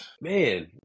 man